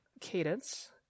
cadence